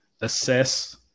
assess